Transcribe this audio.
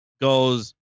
goes